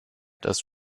das